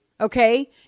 Okay